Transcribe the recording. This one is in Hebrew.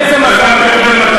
איזה מזל.